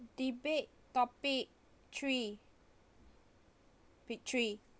debate topic three victory